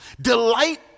Delight